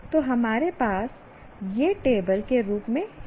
तो हमारे पास यह टेबल के रूप में है